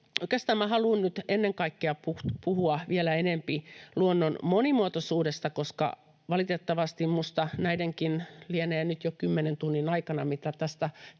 Oikeastaan haluan nyt ennen kaikkea puhua vielä enempi luonnon monimuotoisuudesta, koska valitettavasti minusta — näidenkin lienee nyt jo kymmenen tunnin aikana, mitä tästä